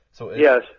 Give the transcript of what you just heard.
yes